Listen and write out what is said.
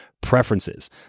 preferences